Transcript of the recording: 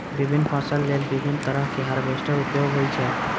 विभिन्न फसल लेल विभिन्न तरहक हार्वेस्टर उपयोग होइ छै